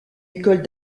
école